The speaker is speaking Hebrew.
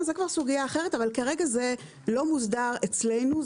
סוגיה אחרת, אבל כרגע זה לא מוסדר אצלנו.